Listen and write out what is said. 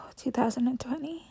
2020